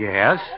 Yes